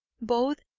both,